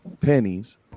pennies